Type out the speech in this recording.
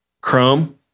Chrome